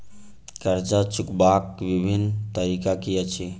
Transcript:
कर्जा चुकबाक बिभिन्न तरीका की अछि?